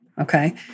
Okay